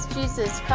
Jesus